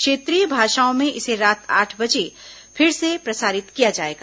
क्षेत्रीय भाषाओं में इसे रात आठ बजे फिर से प्रसारित किया जाएगा